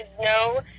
no